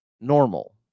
normal